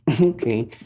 Okay